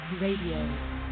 Radio